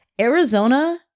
Arizona